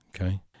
okay